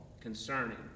concerning